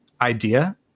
idea